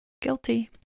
guilty